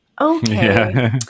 Okay